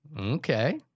Okay